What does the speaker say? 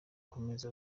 akomeze